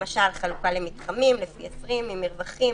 למשל, חלוקה למתחמים לפי 20, עם מרווחים.